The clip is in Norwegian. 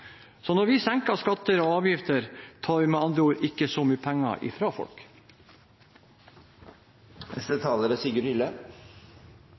Så når vi senker skatter og avgifter, tar vi med andre ord ikke så mye penger fra folk. Skatt er